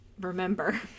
Remember